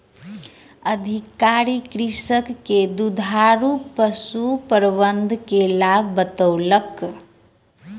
अधिकारी कृषक के दुधारू पशु प्रबंधन के लाभ बतौलक